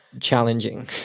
challenging